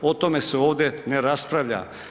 O tome se ovdje ne raspravlja.